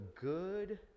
good